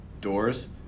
doors